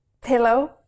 pillow